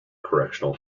correctional